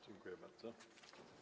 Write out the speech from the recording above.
Dziękuję bardzo.